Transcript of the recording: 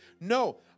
No